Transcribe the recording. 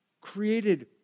created